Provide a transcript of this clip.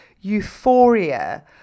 euphoria